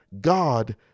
God